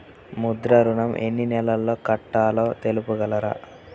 ముద్ర ఋణం ఎన్ని నెలల్లో కట్టలో చెప్పగలరా?